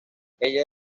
ella